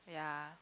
ya